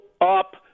up